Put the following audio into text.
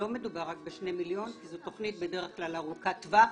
לא מדובר ב-2 מיליון כי זו תוכנית בדרך כלל ארוכת טווח.